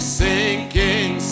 sinking